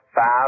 Five